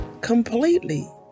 completely